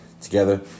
together